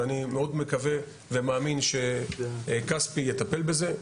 ואני מאוד מקווה ומאמין שכספי יטפל בזה.